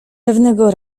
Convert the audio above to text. pewnego